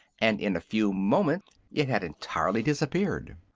and in a few moments it had entirely disappeared.